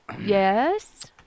Yes